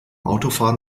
autofahren